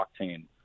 octane